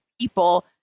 people